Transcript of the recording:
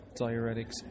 diuretics